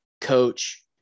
coach